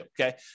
okay